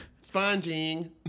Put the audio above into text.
sponging